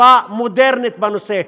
מחשבה מודרנית בנושא,